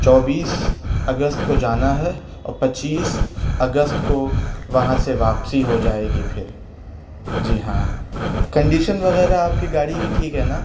چوبیس اگست کو جانا ہے اور پچیس اگست کو وہاں سے واپسی ہو جائے گی پھر جی ہاں کنڈیشن وغیرہ آپ کی گاڑی کی ٹھیک ہے نا